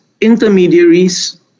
intermediaries